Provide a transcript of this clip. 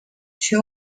she